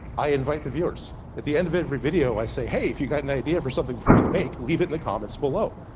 i invite the viewers. at the end of ever video i say, hey if you got an idea for something for me to make, leave it in the comments below.